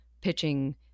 pitching